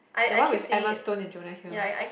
the one with Emma Stone and Jonah Hill